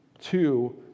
Two